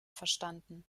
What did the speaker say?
verstanden